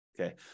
okay